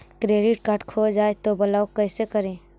Credit card खो जाए तो ब्लॉक कैसे करी?